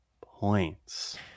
points